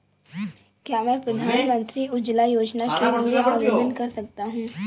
क्या मैं प्रधानमंत्री उज्ज्वला योजना के लिए आवेदन कर सकता हूँ?